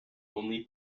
only